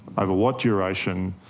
over what duration,